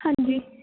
ਹਾਂਜੀ